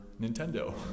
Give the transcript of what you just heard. Nintendo